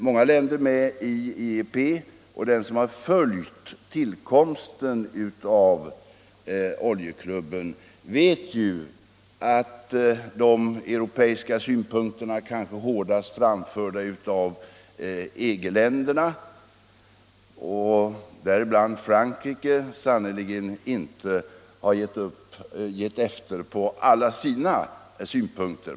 Många länder är med i IEP, och den som har följt tillkomsten av oljeklubben vet att de europeiska länderna — kanske i främsta rummet EG-länderna, däribland Frankrike — sannerligen inte har gett efter på alla sina synpunkter.